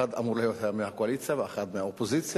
אחד אמור להיות מהאופוזיציה ואחד מהקואליציה,